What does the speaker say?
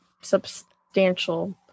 substantial